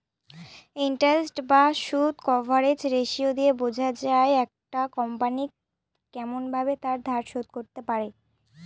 interest বা সুদ coverage ratio দিয়ে বোঝা যায় একটা কোম্পনি কেমন ভাবে তার ধার শোধ করতে পারে